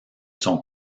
son